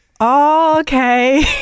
Okay